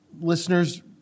listeners